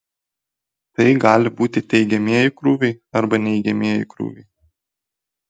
tai gali būti teigiamieji krūviai arba neigiamieji krūviai